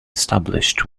established